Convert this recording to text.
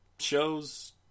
Shows